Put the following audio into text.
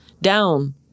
down